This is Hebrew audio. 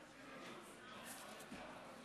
אדוני